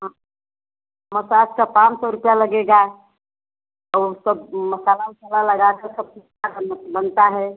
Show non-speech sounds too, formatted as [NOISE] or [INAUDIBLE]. हाँ मसाज का पाँच सौ रुपया लगेगा और सब मसाला उसाला लगा कर सब कुछ [UNINTELLIGIBLE] बनता है